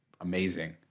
amazing